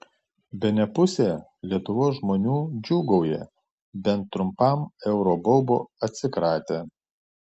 bene pusė lietuvos žmonių džiūgauja bent trumpam euro baubo atsikratę